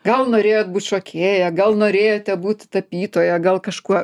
gal norėjot būt šokėja gal norėjote būt tapytoja gal kažkuo